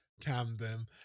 Camden